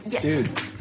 Dude